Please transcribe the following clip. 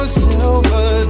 silver